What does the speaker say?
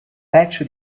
patch